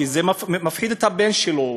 כי זה מפחיד את הבן שלו,